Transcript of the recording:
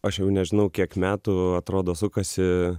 aš jau nežinau kiek metų atrodo sukasi